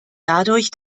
dadurch